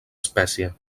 espècie